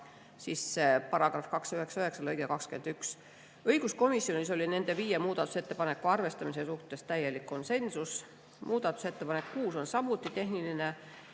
ka § 299 lõige 21. Õiguskomisjonis oli nende viie muudatusettepaneku arvestamise suhtes täielik konsensus. Muudatusettepanek nr 6 on samuti tehniline